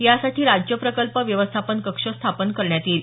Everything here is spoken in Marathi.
यासाठी राज्य प्रकल्प व्यवस्थापन कक्ष स्थापन करण्यात येईल